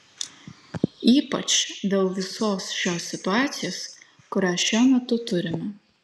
ypač dėl visos šios situacijos kurią šiuo metu turime